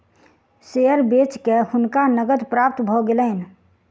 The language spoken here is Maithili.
शेयर बेच के हुनका नकद प्राप्त भ गेलैन